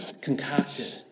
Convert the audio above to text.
concocted